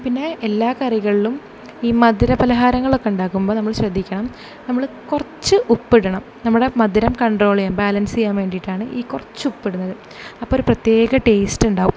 പിന്നെ എല്ലാ കറികൾലും ഈ മധുര പലഹാരങ്ങളൊക്കെയുണ്ടാക്കുമ്പോൾ നമ്മൾ ശ്രദ്ധിക്കണം നമ്മൾ കുറച്ച് ഉപ്പിടണം നമ്മൾ മധുരം കണ്ട്രോൽ ചെയ്യാൻ ബാലൻസ് ചെയ്യാൻ വേണ്ടിയിട്ടാണ് ഈ കുറച്ച് ഉപ്പിടുന്നത് അപ്പമൊരു പ്രത്യേക ടേസ്റ്റുണ്ടാവും